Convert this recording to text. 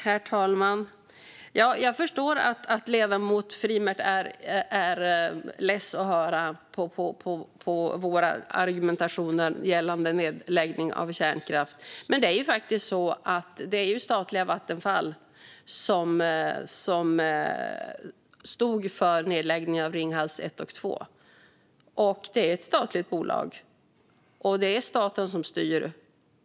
Herr talman! Jag förstår att ledamoten Frimert är less på att höra på argumentationen gällande nedläggning av kärnkraft, men det var faktiskt statliga Vattenfall som stod för nedläggningen av Ringhals 1 och 2. Det är ett statligt bolag, och det är staten som styr.